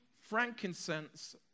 frankincense